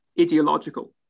ideological